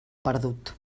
perdut